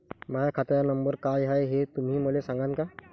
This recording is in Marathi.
माह्या खात्याचा नंबर काय हाय हे तुम्ही मले सागांन का?